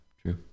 true